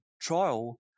trial